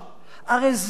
הרי זה,